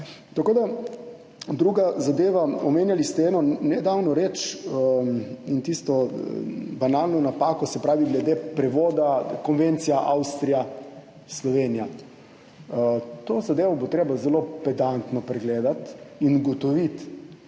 Druga zadeva, omenjali ste eno nedavno reč in tisto banalno napako glede prevoda konvencije Avstrija–Slovenija. To zadevo bo treba zelo pedantno pregledati in ugotoviti,